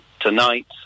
tonight